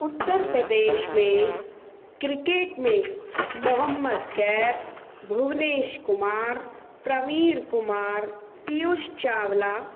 उत्तर प्रदेश में क्रिकेट में मोहम्मद कैफ़ भुवनेश कुमार प्रवीण कुमार पीयुष चावला